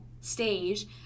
stage